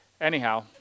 Anyhow